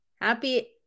Happy